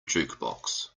jukebox